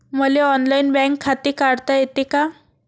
मले online bank खाते काढता येते का?